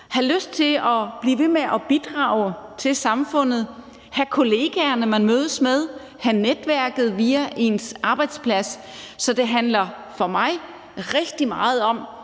har lyst til at blive ved med at bidrage til samfundet, have kolleger, man mødes med, have netværk via ens arbejdsplads. Så det handler for mig rigtig meget om,